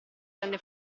rende